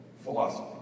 philosophy